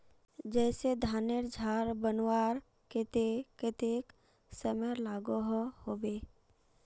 जैसे धानेर झार बनवार केते कतेक समय लागोहो होबे?